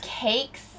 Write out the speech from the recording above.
Cakes